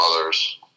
others